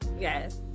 Yes